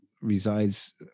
resides